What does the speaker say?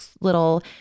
little